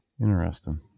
interesting